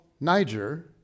Niger